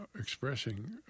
expressing